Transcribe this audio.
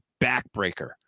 backbreaker